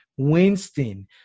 Winston